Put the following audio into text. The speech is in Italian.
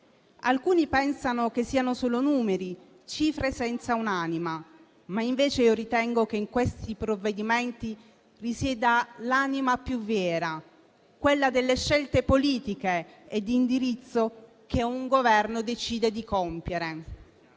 Alcuni pensano che siano solo numeri, cifre senza un'anima, ma io invece ritengo che in questi provvedimenti risieda l'anima più vera, quella delle scelte politiche e di indirizzo che un Governo decide di compiere.